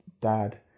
dad